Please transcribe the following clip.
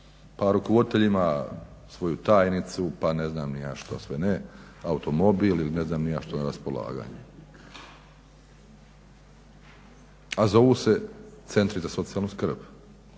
pa rukovoditelj ima svoju tajnicu, pa ne znam ni ja što sve ne, automobil ili ne znam ni ja što na raspolaganju. A zovu se centri za socijalnu skrb.